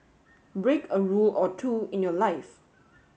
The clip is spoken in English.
break a rule or two in your life